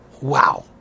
Wow